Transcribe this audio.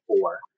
four